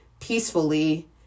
peacefully